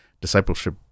discipleship